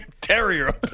terrier